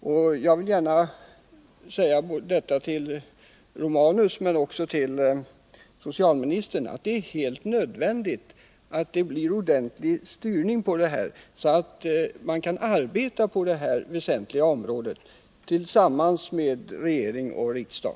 Jag vill gärna säga till Gabriel Romanus men också till socialministern, att det är helt nödvändigt att det blir en ordentlig styrning av nämnden så att man kan arbeta på detta väsentliga område tillsammans med regering och riksdag.